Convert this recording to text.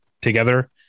together